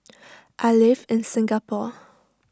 I live in Singapore